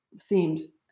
themes